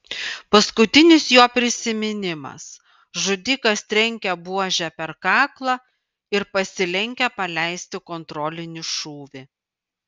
paskutinis jo prisiminimas žudikas trenkia buože per kaklą ir pasilenkia paleisti kontrolinį šūvį